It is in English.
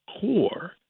core